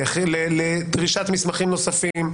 לדרישת מסמכים נוספים,